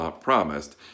promised